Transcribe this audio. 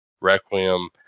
Requiem